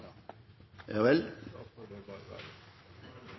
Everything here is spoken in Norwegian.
ja, da skal me feira med